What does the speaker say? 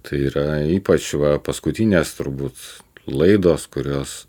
tai yra ypač va paskutinės turbūt laidos kurios